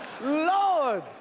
Lord